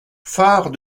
phare